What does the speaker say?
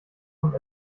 vom